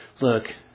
look